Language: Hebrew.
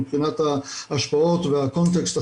מבחינת ההשפעות והקונטקסט החברתי.